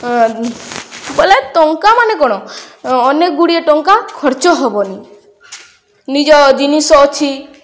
ବୋଲେ ଟଙ୍କା ମାନେ କ'ଣ ଅନେକଗୁଡ଼ିଏ ଟଙ୍କା ଖର୍ଚ୍ଚ ହବନି ନିଜ ଜିନିଷ ଅଛି